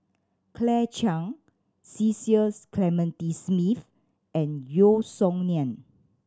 Claire Chiang Cecil Clementi Smith and Yeo Song Nian